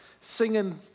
singing